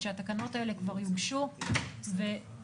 שהתקנות האלו כבר יוגשו ויקודמו,